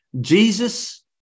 Jesus